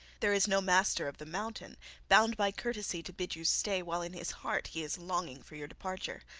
there is no master of the mountain bound by courtesy to bid you stay while in his heart he is longing for your departure.